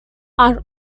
are